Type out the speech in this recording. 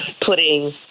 putting